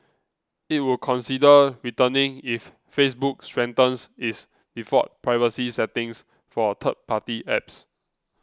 it would consider returning if Facebook strengthens its default privacy settings for third party apps